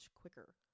quicker